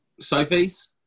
Sophie's